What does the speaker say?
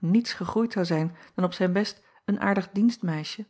niets gegroeid zou zijn dan op zijn best een aardig dienstmeisje